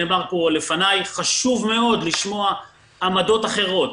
נאמר פה לפניי: חשוב מאוד לשמוע עמדות אחרות.